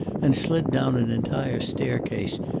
and slid down an entire staircase,